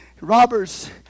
Robbers